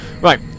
Right